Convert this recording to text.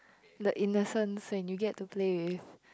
the innocence when you get to play with